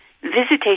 visitation